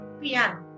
piano